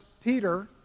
Peter